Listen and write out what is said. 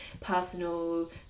personal